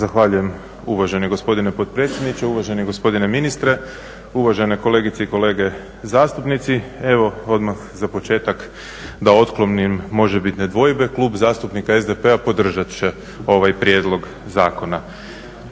Zahvaljujem uvaženi gospodine potpredsjedniče, uvaženi gospodine ministre, uvažene kolegice i kolege zastupnici. Evo odmah za početak da otklonim možebitne dvojbe. Klub zastupnika SDP-a podržat će ovaj prijedlog zakona.